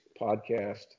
podcast